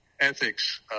ethics